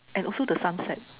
and also the sunset